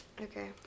Okay